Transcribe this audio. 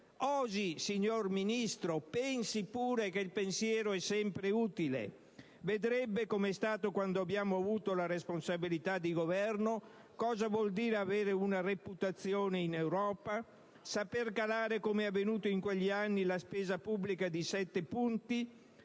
pure, signor Ministro, pensi pure, che il pensiero è sempre utile. Vedrebbe come è stato, quando abbiamo avuto la responsabilità di Governo, cosa vuol dire avere una reputazione in Europa, saper calare, come è avvenuto in quegli anni, la spesa pubblica di 7 punti